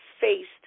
faced